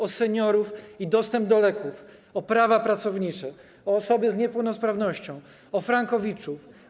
o seniorów i dostęp do leków, o prawa pracownicze, o osoby z niepełnosprawnością, o frankowiczów.